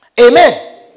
Amen